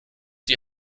die